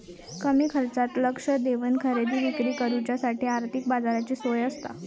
कमी खर्चात लक्ष देवन खरेदी विक्री करुच्यासाठी आर्थिक बाजाराची सोय आसता